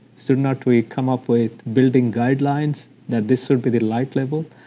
so not we come up with building guidelines that this would be light level?